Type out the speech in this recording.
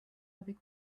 avec